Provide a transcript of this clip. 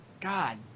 God